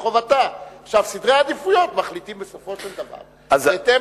על סדרי העדיפויות מחליטים בסופו של דבר בהתאם